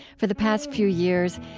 for the past few years,